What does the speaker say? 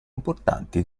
importanti